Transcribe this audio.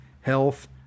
health